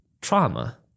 trauma